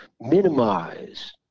minimize